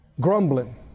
grumbling